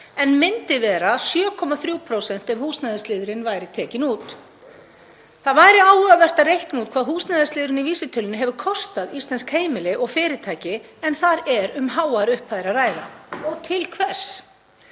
en myndi vera 7,3% ef húsnæðisliðurinn væri tekinn út. Það væri áhugavert að reikna út hvað húsnæðisliðurinn í vísitölunni hefur kostað íslensk heimili og fyrirtæki, en þar er um háar upphæðir að ræða. Til hvers?